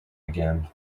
again